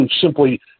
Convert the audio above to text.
simply